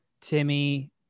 Timmy